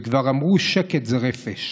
וכבר אמרו: שקט זה רפש.